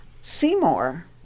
Seymour